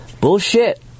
Bullshit